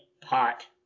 pot